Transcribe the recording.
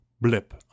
blip